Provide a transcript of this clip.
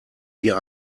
wir